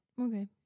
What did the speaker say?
Okay